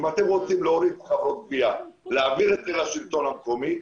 אם אתם רוצים להעביר את הגבייה לשלטון המקומי,